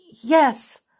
Yes